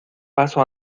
paso